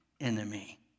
enemy